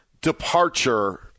departure